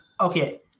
Okay